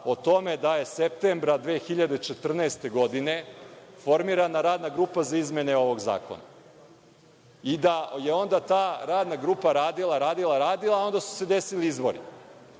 o tome da je septembra 2014. godine formirana radna grupa za izmene ovog zakona i da je ta radna grupa radila, radila, radila, a onda su se desili izbori.